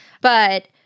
But-